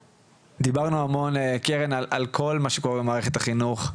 דיברנו המון על כל מה שקורה בתוך מערכת החינוך.